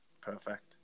Perfect